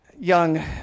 young